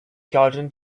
garden